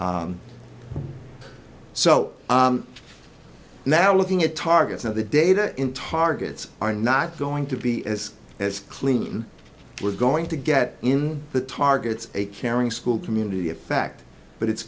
so now looking at targets of the data in targets are not going to be as as clean we're going to get in the targets a caring school community effect but it's